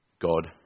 God